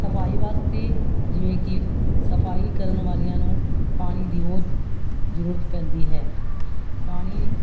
ਸਫਾਈ ਵਾਸਤੇ ਜਿਵੇਂ ਕਿ ਸਫਾਈ ਕਰਨ ਵਾਲੀਆਂ ਨੂੰ ਪਾਣੀ ਦੀ ਬਹੁਤ ਜ਼ਰੂਰਤ ਪੈਂਦੀ ਹੈ ਪਾਣੀ